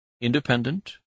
independent